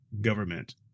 government